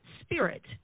spirit